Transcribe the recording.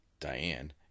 Diane